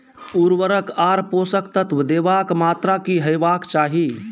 उर्वरक आर पोसक तत्व देवाक मात्राकी हेवाक चाही?